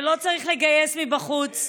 ולא צריך לגייס מבחוץ.